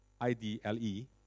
I-D-L-E